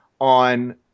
on